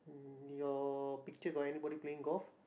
your picture got anybody playing golf